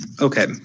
Okay